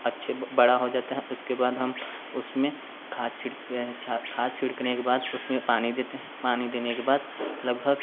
अच्छे बड़ा हो जाता है उसके बाद हम उसमें खाद छींटते हैं छा खाद छिड़कने के बाद उसमें पानी देते हैं पानी देने के बाद लगभग